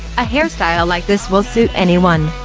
a hairstyle like this will suit anyone.